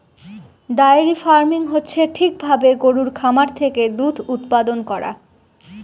diary farming হচ্ছে ঠিক ভাবে গরুর খামার থেকে দুধ উৎপাদান করা